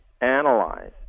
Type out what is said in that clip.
analyze